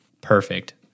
Perfect